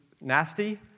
nasty